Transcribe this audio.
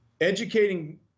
Educating